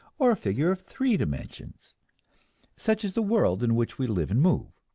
or figure of three dimensions such as the world in which we live and move.